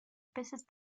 peces